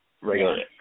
regular